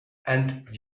and